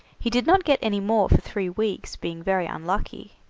he did not get any more for three weeks, being very unlucky.